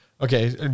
Okay